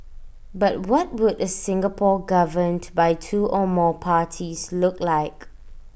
but what would A Singapore governed by two or more parties look like